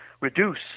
reduce